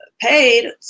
paid